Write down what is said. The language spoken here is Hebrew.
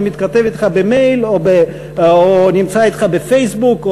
שמתכתב אתך במייל או נמצא אתך בפייסבוק,